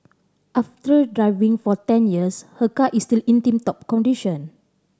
after driving for ten years her car is still in tip top condition